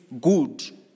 good